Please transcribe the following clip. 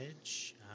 Edge